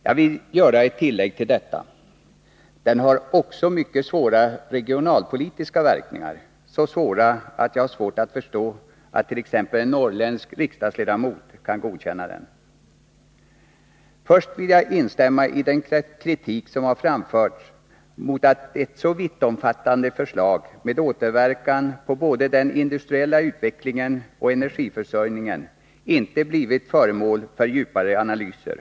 Jag vill göra ett tillägg till detta: Den har också mycket svåra regionalpolitiska verkningar, så svåra att jag har svårt att förstå att t.ex. en norrländsk riksdagsledamot kan godkänna den. Först vill jag instämma i den kritik som framförts mot att ett så vittomfattande förslag, med återverkan på både den industriella utvecklingen och energiförsörjningen, inte blivit föremål för djupare analyser.